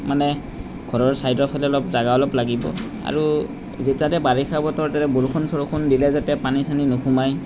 মানে ঘৰৰ চাইডৰ ফালে অলপ জেগা অলপ লাগিব আৰু যেতিয়াতে বাৰিষা বতৰ তেতিয়া বৰষুণ চৰষুণ দিলে যাতে পানী চানী নোসোমায়